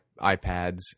iPads